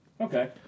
Okay